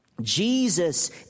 Jesus